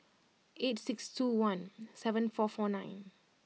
eight six two one seven four four nine